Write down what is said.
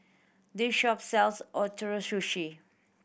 this shop sells Ootoro Sushi